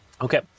Okay